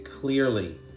clearly